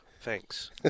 thanks